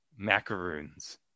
macaroons